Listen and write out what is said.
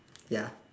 ya